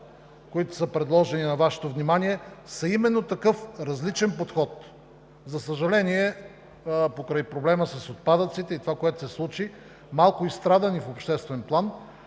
които са предложени на Вашето внимание, са именно такъв различен подход. За съжаление, покрай проблема с отпадъците и това, което се случи, малко изстрадани в обществен план,